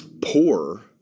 poor